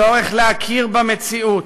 צורך להכיר במציאות,